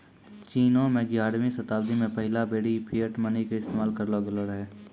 चीनो मे ग्यारहवीं शताब्दी मे पहिला बेरी फिएट मनी के इस्तेमाल करलो गेलो रहै